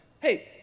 Hey